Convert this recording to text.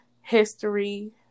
history